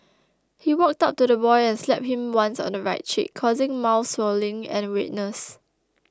he walked up to the boy and slapped him once on the right cheek causing mild swelling and redness